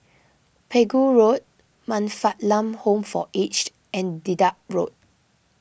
Pegu Road Man Fatt Lam Home for Aged and Dedap Road